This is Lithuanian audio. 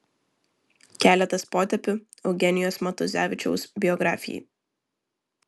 keletas potėpių eugenijaus matuzevičiaus biografijai